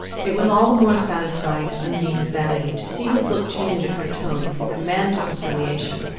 it was all the more satisfying to undine's vanity to see his look change at her tone from command to conciliation,